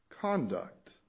conduct